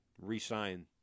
re-sign